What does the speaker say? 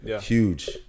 Huge